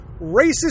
racist